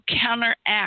counteract